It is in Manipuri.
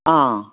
ꯑꯥ